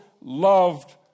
loved